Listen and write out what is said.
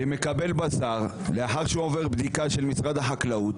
שמקבל בשר לאחר שהוא עובר בדיקה של משרד החקלאות.